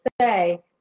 say